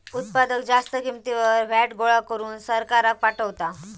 उत्पादक जास्त किंमतीवर व्हॅट गोळा करून सरकाराक पाठवता